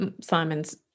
Simon's